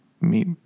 meet